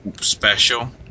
special